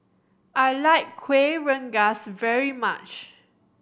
I like Kueh Rengas very much